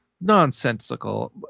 nonsensical